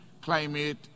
climate